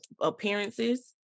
appearances